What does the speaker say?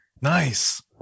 Nice